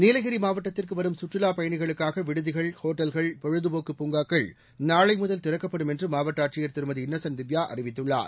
நீலகிரி மாவட்டத்திற்கு வரும் சுற்றுலா பயணிகளுக்காக விடுதிகள் ஹோட்டல்கள் பொழுதுபோக்கு பூங்காக்கள் நாளை முதல் திறக்கப்படும் என்று மாவட்ட ஆட்சியர் திருமதி இன்னசென்ட் திவ்யா அறிவித்துள்ளார்